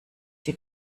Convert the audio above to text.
sie